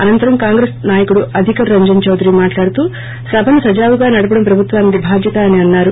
అనంతరం కాంగ్రెస్ నాయకుడు అధికర్ రంజన్ చౌదరి మాట్లాడుతూ సభను సజావుగా నడపడం ప్రభుత్వానికి బాధ్యత అని అన్నారు